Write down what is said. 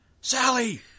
Sally